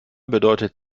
bedeutet